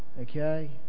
Okay